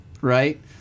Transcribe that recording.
right